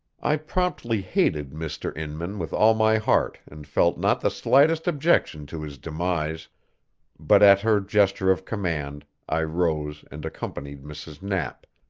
i promptly hated mr. inman with all my heart and felt not the slightest objection to his demise but at her gesture of command i rose and accompanied mrs. knapp,